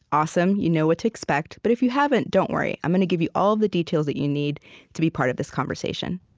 awesome you know what to expect. but if you haven't, don't worry i'm going to give you all the details that you need to be part of this conversation